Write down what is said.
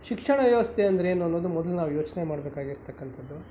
ಶಿಕ್ಷಣ ವ್ಯವಸ್ಥೆ ಅಂದರೇನು ಅನ್ನೋದು ಮೊದಲು ನಾವು ಯೋಚನೆ ಮಾಡಬೇಕಾಗಿರ್ತಕಂಥದ್ದು